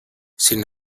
sin